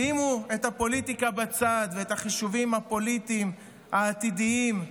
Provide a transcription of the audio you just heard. שימו את הפוליטיקה ואת החישובים הפוליטיים העתידיים בצד.